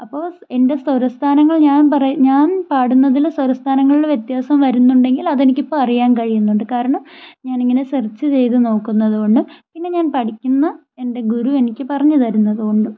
അപ്പോൾ സ് എൻ്റെ സ്വരസ്ഥാനങ്ങൾ ഞാൻ പറ ഞാൻ പാടുന്നതിൽ സ്വരസ്ഥാനങ്ങളിൽ വ്യത്യാസം വരുന്നുണ്ടെങ്കിൽ അതെനിക്കിപ്പോൾ അറിയാൻ കഴിയുന്നുണ്ട് കാരണം ഞാൻ ഇങ്ങനെ സെർച്ച് ചെയ്ത് നോക്കുന്നത് കൊണ്ടും പിന്നെ ഞാൻ പഠിക്കുന്ന എൻ്റെ ഗുരു എനിക്ക് പറഞ്ഞ് തരുന്നത് കൊണ്ടും